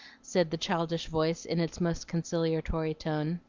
said the childish voice in its most conciliatory tone.